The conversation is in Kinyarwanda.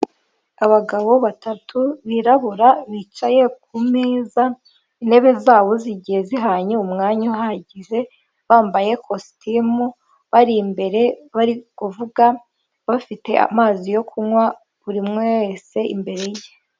Abagabo batatu birabura bicaye kumeza intebe zabo zigiye zihanye umwanya uhagije bambaye ikositimu bari imbere bari kuvuga bafite amazi yo kunywa buri umwe wese imbere ye.